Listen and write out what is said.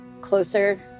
closer